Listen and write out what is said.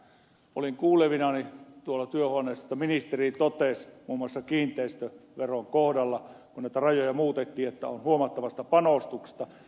olin kuulevinani tuolla työhuoneessa että ministeri totesi muun muassa kiinteistöveron kohdalla kun näitä rajoja muutettiin huomattavasta panostuksesta